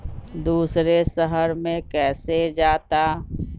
दूसरे शहर मे कैसे जाता?